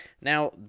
Now